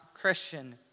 Christian